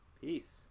Peace